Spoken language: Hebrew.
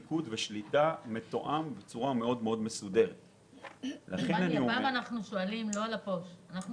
ודמני, אנחנו לא שואלים על הפו"ש אלא